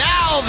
Now